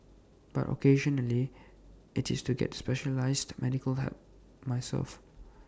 but occasionally IT is to get specialised medical help myself